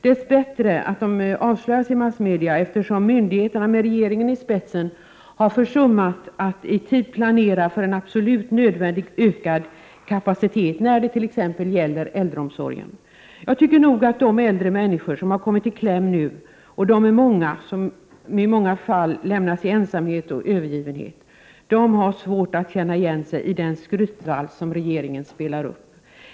Dess bättre att det avslöjas i massmedierna att myndigheterna med regeringen i spetsen har försummat att i tid planera för en absolut nödvändigt ökad kapacitet när det gäller t.ex. äldreomsorgen. Jag tror att de äldre människor som nu har kommit i kläm och i många fall lämnas i ensamhet och övergivenhet har svårt att känna igen sig i den skrytvals som regeringen spelar upp.